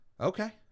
Okay